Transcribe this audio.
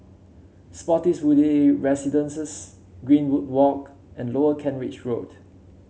Spottiswoode Residences Greenwood Walk and Lower Kent Ridge Road